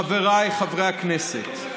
חבריי חברי הכנסת,